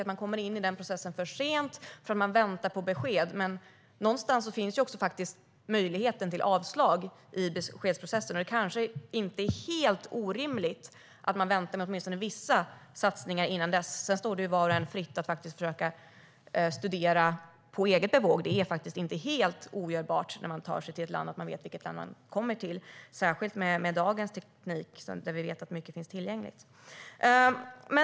De kommer in i processen för sent, eftersom de väntar på besked. Men någonstans finns ändå möjligheten att det blir avslag i beslutsprocessen. Det kanske inte är helt orimligt att man väntar med åtminstone vissa satsningar innan dess. Sedan står det var och en fritt att försöka studera på eget bevåg. Det är inte helt ogörbart när man tar sig till ett land att man vet vilket land man kommer till. Det gäller särskilt med dagens teknik, där vi vet att mycket finns tillgängligt.